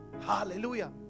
Hallelujah